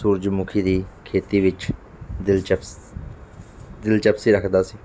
ਸੂਰਜਮੁਖੀ ਦੀ ਖੇਤੀ ਵਿੱਚ ਦਿਲਚਸਪ ਦਿਲਚਸਪੀ ਰੱਖਦਾ ਸੀ